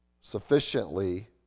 sufficiently